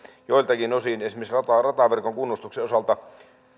joiltakin osin sellaista että esimerkiksi rataverkon kunnostuksen osalta